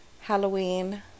Halloween